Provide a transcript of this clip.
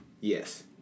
Yes